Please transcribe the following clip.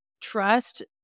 trust